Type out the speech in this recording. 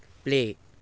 play